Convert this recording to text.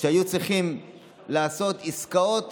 כשהיו צריכים לעשות עסקאות